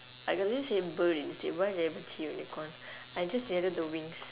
I could just say bird instead why did I even say unicorn I just needed the wings